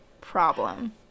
problem